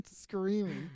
screaming